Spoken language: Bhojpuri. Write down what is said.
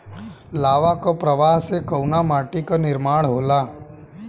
लावा क प्रवाह से कउना माटी क निर्माण होला?